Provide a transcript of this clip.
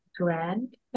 grand